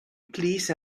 please